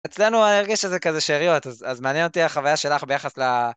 אצלנו האנרגיה שזה כזה שאריות, אז מעניין אותי החוויה שלך ביחס ל...